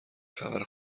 خبر